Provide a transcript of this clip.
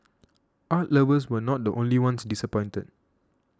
art lovers were not the only ones disappointed